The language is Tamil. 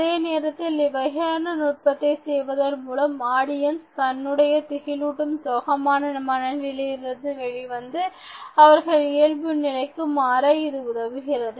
அதே நேரத்தில் இவ்வகையான நுட்பத்தை செய்வதன் மூலம் ஆடியன்ஸ் தன்னுடைய திகிலூட்டும் சோகமான மனநிலையிலிருந்து வெளிவந்து அவர்கள் இயல்பு நிலைக்கு மாற இது உதவுகிறது